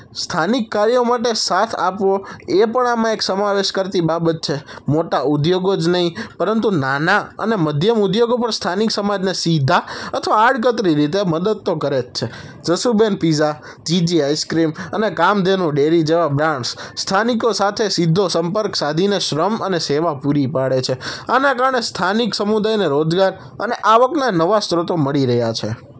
સ્થાનિક કાર્યો માટે સાથ આપવો એ પણ આમાં એક સમાવેશ કરતી બાબત છે મોટા ઉદ્યોગો જ નહીં પરંતુ નાના અને મધ્યમ ઉદ્યોગો પણ સ્થાનિક સમાજને સીધા અથવા આડકતરી રીતે મદદ તો કરે છે જસુબેન પિઝા જીજી આઇસક્રીમ અને કામધેનુ ડેરી જેવા બ્રાન્ડ્સ સ્થાનિકો સાથે સીધો સંપર્ક સાધીને શ્રમ અને સેવા પૂરી પાડે છે આના કારણે સ્થાનિક સમુદાયને રોજગાર અને આવકના નવા સ્રોતો મળી રહ્યા છે